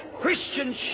Christian